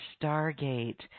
stargate